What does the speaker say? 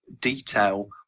detail